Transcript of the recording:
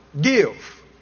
give